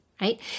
right